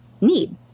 need